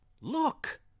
look